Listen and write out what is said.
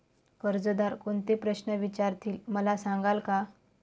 कर्जदार कोणते प्रश्न विचारतील, मला सांगाल का?